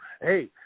hey